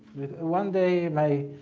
one day my